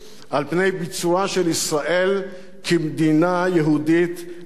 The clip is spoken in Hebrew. ביצורה של ישראל כמדינה יהודית לנצח נצחים.